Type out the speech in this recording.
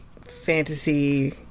fantasy